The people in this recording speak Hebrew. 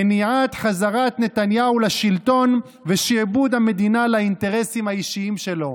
מניעת חזרת נתניהו לשלטון ושעבוד המדינה לאינטרסים האישיים שלו".